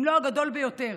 אם לא הגדול ביותר.